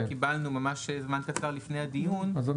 ממש זמן קצר לפני הדיון, קיבלנו הסתייגויות.